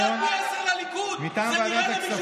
ועדת העבודה והרווחה וועדת החינוך,